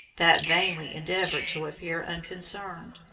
that vainly endeavored to appear unconcerned,